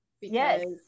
yes